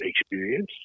experience